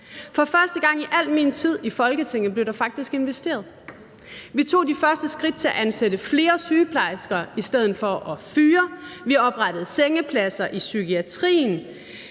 For første gang i al min tid i Folketinget blev der faktisk investeret. Vi tog de første skridt til at ansætte flere sygeplejersker i stedet for at fyre, vi oprettede sengepladser i psykiatrien,